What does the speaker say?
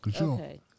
Okay